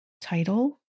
title